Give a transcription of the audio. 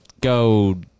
Go